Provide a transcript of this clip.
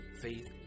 faith